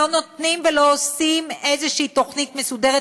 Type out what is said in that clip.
ולא נותנים ולא עושים איזושהי תוכנית מסודרת,